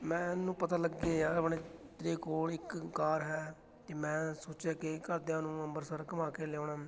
ਮੈਨੂੰ ਪਤਾ ਲੱਗਿਆ ਆਪਣੇ ਤੇਰੇ ਕੋਲ ਇੱਕ ਕਾਰ ਹੈ ਅਤੇ ਮੈਂ ਸੋਚਿਆ ਕਿ ਘਰਦਿਆਂ ਨੂੰ ਅੰਬਰਸਰ ਘੁੰਮਾ ਕੇ ਲਿਆਉਣਾ